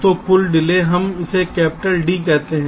तो कुल डिले हम इसे कैपिटल D कहते हैं